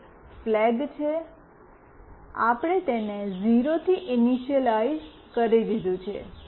એક ફ્લેગ છે આપણે તેને 0 થી ઇનિશલાઇજ઼ કરી દીધું છે